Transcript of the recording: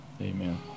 Amen